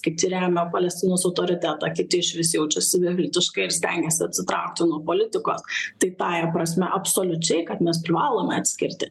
kiti remia palestinos autoritetą kiti išvis jaučiasi beviltiškai ir stengiasi atsitraukti nuo politikos tai tąja prasme absoliučiai kad mes privalome atskirti